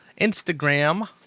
Instagram